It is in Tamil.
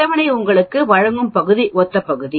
அட்டவணை உங்களுக்கு வழங்கும் பகுதிக்கு ஒத்த பகுதி